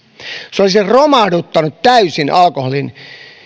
se olisi romahduttanut täysin alkoholin